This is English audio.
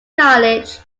college